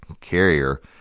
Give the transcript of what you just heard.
Carrier